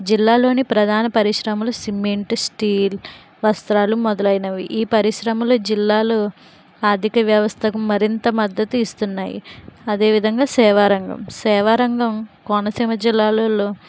జిల్లాలోని ప్రధాన పరిశ్రమలు సిమెంటు స్టీల్ వస్త్రాలు మొదలైనవి ఈ పరిశ్రమలు జిల్లాలో ఆర్థిక వ్యవస్థకు మరింత మద్దతు ఇస్తున్నాయి అదే విధంగా సేవారంగం సేవారంగం కోనసీమ జిల్లాలలో